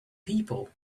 people